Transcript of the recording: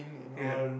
ya